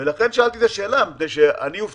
לכן שאלתי את השאלה, מכיוון שהופתעתי.